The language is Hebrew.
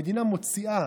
המדינה מוציאה